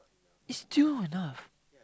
is still not enough